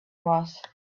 was